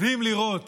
מדהים לראות